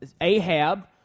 Ahab